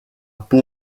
par